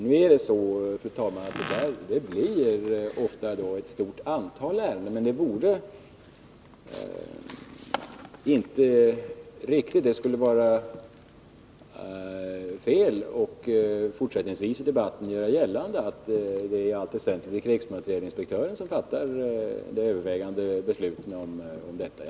Nu är det så, fru talman, att det här ofta blir ett stort antal ärenden, men det skulle vara fel att fortsättningsvis i debatten göra gällande att det är krigsmaterielinspektören som fattar det övervägande antalet beslut om detta.